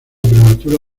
prematura